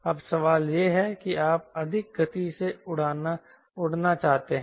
अब सवाल यह है कि आप अधिक गति से उड़ना चाहते हैं